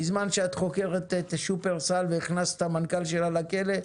בזמן שאת חוקרת את שופרסל והכנסת את המנכ"ל שלה לכלא,